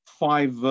five